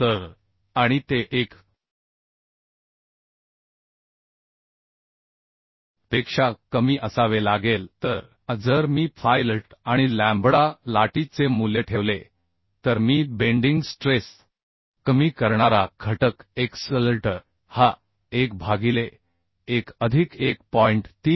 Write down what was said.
तर आणि ते 1 पेक्षा कमी असावे लागेल तर आता जर मी फाय Lt आणि लॅम्बडा LtI चे मूल्य ठेवले तर मी बेंडिंग स्ट्रेस कमी करणारा घटक x Lt हा 1 भागिले 1 अधिक 1